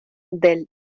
del